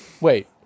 wait